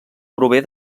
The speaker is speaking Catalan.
prové